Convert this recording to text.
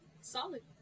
solid